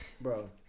Bro